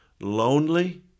lonely